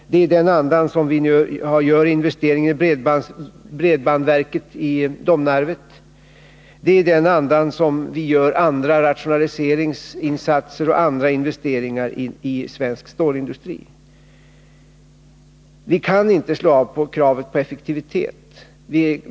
Det är i den andan som vi gör investeringar i bredbandsverket i Domnarvet. Det är i den andan som vi gör andra rationaliseringsinsatser och andra investeringar i svensk stålindustri. Vi kan inte slå av på kravet på effektivitet.